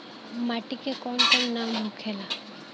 माटी के कौन कौन नाम होखे ला?